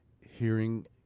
hearing